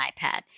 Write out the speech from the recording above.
iPad